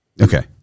Okay